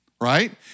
right